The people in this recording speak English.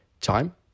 Time